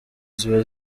ziba